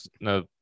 no